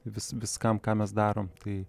vis viskam ką mes darom tai